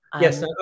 yes